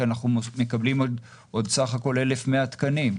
אנחנו מקבלים עוד סך הכול 1,100 תקנים.